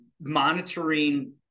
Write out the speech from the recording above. monitoring